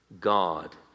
God